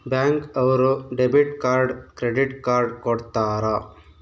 bank ಅವ್ರು debit card credit card ಕೊಡ್ತಾರ